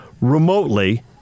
remotely